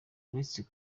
uretse